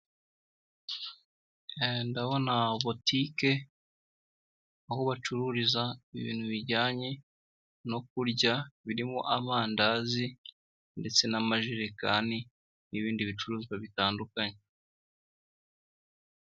Ndaho na butike aho bacururiza ibintu bijyanye no kurya birimo amandazi ndetse n'amajerekani n'ibindi bicuruzwa bitandukanye.